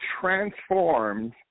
transformed